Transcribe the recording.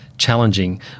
Challenging